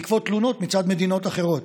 בעקבות תלונות מצד מדינות אחרות.